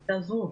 תעזרו.